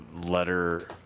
letter